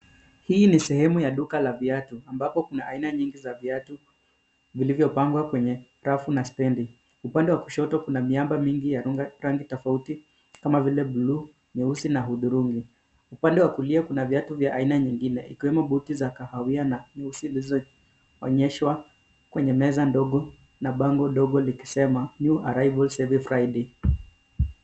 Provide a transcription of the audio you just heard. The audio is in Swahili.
Hii ni sehemu ya duka la viatu ambapo kuna haina nyingi za viatu vilivyopangwa kwenye rafu na stedi. Upande wa kushoto kuna miamba mingi ya rangi tofauti kama vile blue, nyeusi na udhurungi, upande wa kulia kuna viatu vya haina nyingine ikiwemo buti za kahawia juu zilizoonyeshwa kwenye meza dogo na bago ndogo likisema New Arrivals Every Friday .